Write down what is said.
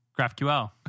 GraphQL